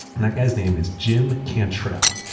and that guy's name is jim cantrell.